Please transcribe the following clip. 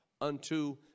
unto